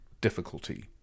difficulty